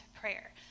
prayer